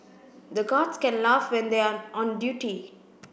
the guards can't laugh when they are on duty